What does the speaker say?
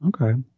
Okay